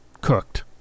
cooked